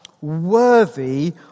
worthy